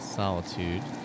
solitude